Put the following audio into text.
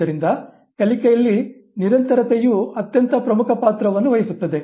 ಆದ್ದರಿಂದ ಕಲಿಕೆಯಲ್ಲಿ ನಿರಂತರತೆಯು ಅತ್ಯಂತ ಪ್ರಮುಖ ಪಾತ್ರವನ್ನು ವಹಿಸುತ್ತದೆ